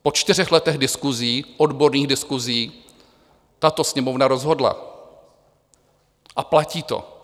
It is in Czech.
Po čtyřech letech diskusí, odborných diskusí, tato Sněmovna rozhodla a platí to.